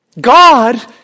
God